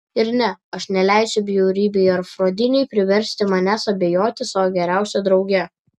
ir ne aš neleisiu bjaurybei afroditei priversti manęs abejoti savo geriausia drauge